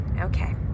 Okay